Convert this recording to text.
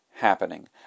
happening